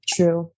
True